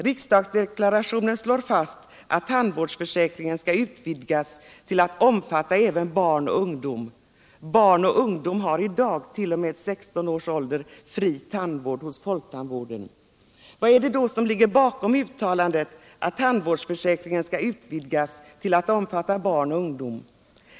Regeringsdeklarationen slår fast att tandvårdsförsäkringen skall utvidgas till att omfatta även barn och ungdom. Barn och ungdom hart.o.m. 16 års ålder fri tandvård hos folktandvården. Vad är det då som ligger bakom uttalandet att tandvårdsförsäkringen skall utvidgas till att omfatta barn och ungdom?